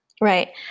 Right